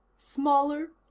smaller?